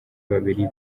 babiri